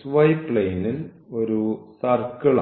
xy പ്ലെയിനിൽ ഒരു circle ആണ്